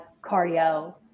cardio